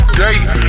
date